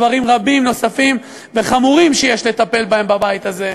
דברים רבים נוספים וחמורים שיש לטפל בהם בבית הזה.